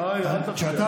קרעי, אל תפריע.